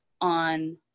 on